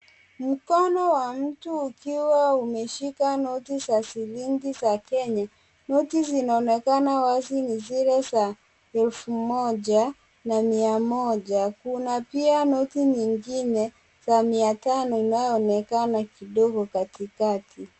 Mkono wa mtu ukiwa umeshika noti za shilingi za Kenya. Noti zinaonekana wazi ni zile za elfu moja na mia moja. Kuna pia noti nyingine za mia tano inayoonekana kidogo kakikati.